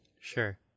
Sure